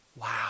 Wow